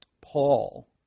Paul